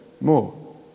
more